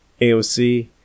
AOC